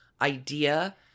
idea